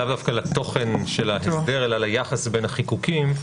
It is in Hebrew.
לאו דווקא לתוכן של ההסדר, אלא ליחס בין החיקוקים.